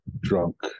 drunk